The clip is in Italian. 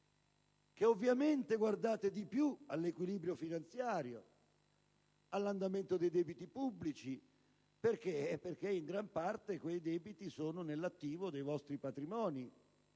che, ovviamente, guardiate di più all'equilibrio finanziario e all'andamento dei debiti pubblici perché, in gran parte, quei debiti sono nell'attivo dei vostri patrimoni.